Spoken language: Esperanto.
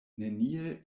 neniel